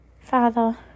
Father